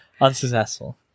Unsuccessful